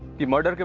the matter?